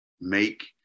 make